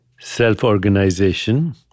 self-organization